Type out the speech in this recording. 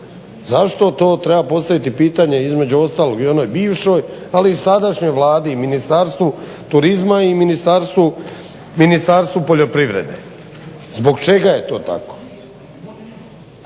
Zašto? To treba postaviti pitanje između ostalog i onoj bivšoj ali i sadašnjoj Vladi i Ministarstvu turizma i Ministarstvu poljoprivrede. Zbog čega je to tako?